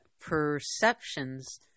perceptions